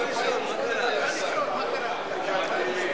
ההסתייגות של שר המשפטים לסעיף 4 נתקבלה.